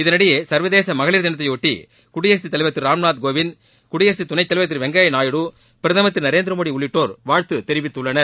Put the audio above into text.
இதனிடையே சர்வதேச மகளிர் தினத்தையொட்டி குடியரசுத் தலைவர் திரு ராம்நாத்கோவிந்த் குடியரசுத் துணை தலைவர் திரு வெங்கைய்யா நாயுடு பிரதமர் திரு நரேந்திரமோடி உள்ளிட்டோர் வாழ்த்து தெரிவித்துள்ளனர்